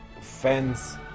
fans